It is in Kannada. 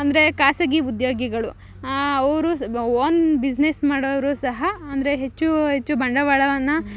ಅಂದರೆ ಖಾಸಗಿ ಉದ್ಯೋಗಿಗಳು ಅವರು ಓನ್ ಬಿಸಿನೆಸ್ ಮಾಡೋವ್ರು ಸಹ ಅಂದರೆ ಹೆಚ್ಚು ಹೆಚ್ಚು ಬಂಡವಾಳವನ್ನು